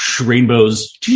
rainbows